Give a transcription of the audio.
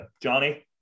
Johnny